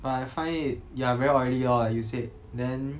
but I find it ya very oily lor like you said then